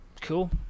Cool